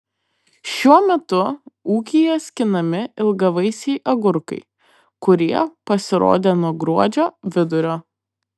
šiuo metu ūkyje skinami ilgavaisiai agurkai kurie pasirodė nuo gruodžio vidurio